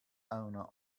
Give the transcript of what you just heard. owner